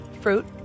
Fruit